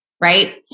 Right